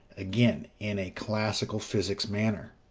again, in a classical physics manner.